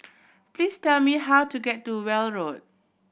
please tell me how to get to Weld Road